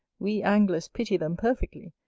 we anglers pity them perfectly,